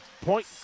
Point